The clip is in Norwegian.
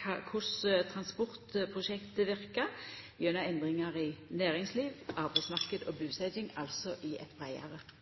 korleis transportprosjekt verkar gjennom endringar i næringsliv, arbeidsmarknad og busetjing – altså i eit breiare